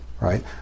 right